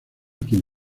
quien